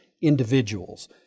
individuals